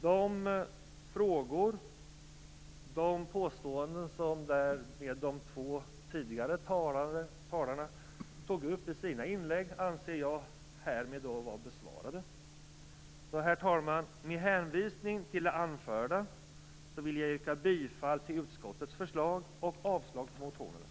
De frågor och påståenden som de två tidigare talarna tog upp i sina inlägg anser jag härmed vara besvarade. Herr talman! Med hänvisning till det anförda vill jag yrka bifall till utskottets förslag och avslag på motionerna.